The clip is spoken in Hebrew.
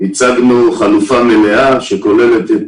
הצגנו חלופה מלאה שכוללת את